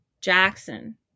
Jackson